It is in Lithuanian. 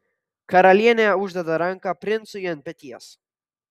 karalienė uždeda ranką princui ant peties